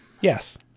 Yes